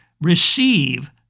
receive